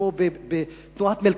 כמו בתנועת מלקחיים,